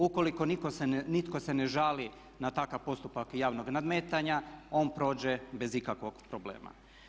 Ukoliko nitko se ne žali na takav postupak javnog nadmetanja on prođe bez ikakvog problema.